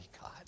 God